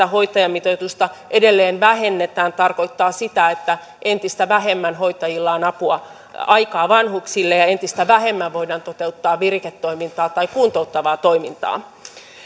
hoitajamitoitusta edelleen vähennetään tarkoittavat sitä että entistä vähemmän hoitajilla on aikaa vanhuksille ja ja entistä vähemmän voidaan toteuttaa viriketoimintaa tai kuntouttavaa toimintaa